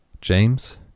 James